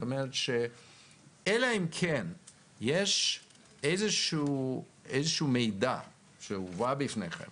אלא אם כן יש איזשהו מידע שהובא בפניכם